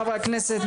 חברי הכנסת,